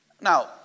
Now